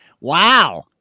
Wow